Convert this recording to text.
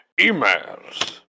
emails